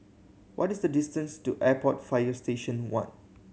what is the distance to Airport Fire Station One